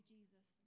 Jesus